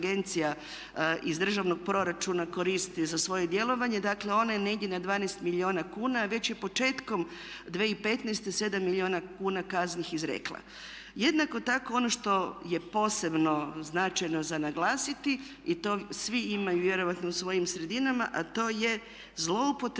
iz državnog proračuna koristi za svoje djelovanje dakle ona je negdje na 12 milijuna kuna, a već je početkom 2015. 7 milijuna kuna kazni izrekla. Jednako tako ono što je posebno značajno za naglasiti i to svi imaju vjerojatno u svojim sredinama a to je zlouporaba